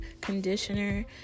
conditioner